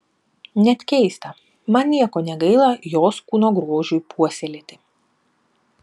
net keista man nieko negaila jos kūno grožiui puoselėti